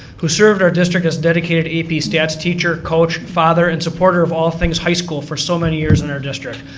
who served her district as dedicated ap stats teacher, coach, father, and supporter of all things high school for so many years in our district.